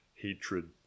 hatred